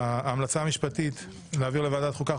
הלשכה המשפטית היא להעביר לוועדת החוקה,